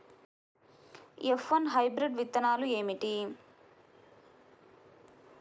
F one hybrid విత్తనాలు ఏమిటి?